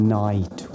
night